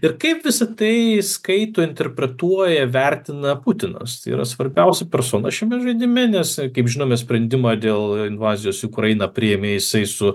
ir kaip visa tai skaito interpretuoja vertina putinas tai yra svarbiausia persona šiame žaidime nes kaip žinome sprendimą dėl invazijos į ukrainą priėmė jisai su